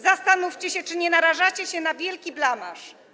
Zastanówcie się, czy nie narażacie się na wielki blamaż.